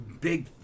big